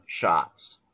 shots